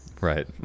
right